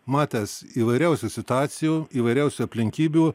matęs įvairiausių situacijų įvairiausių aplinkybių